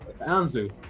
Anzu